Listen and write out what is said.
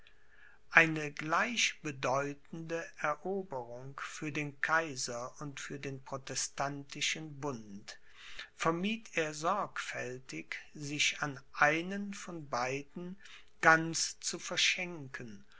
eine gleich bedeutende eroberung für den kaiser und für den protestantischen bund vermied er sorgfältig sich an einen von beiden ganz zu verschenken